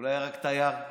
אולי הרג תייר?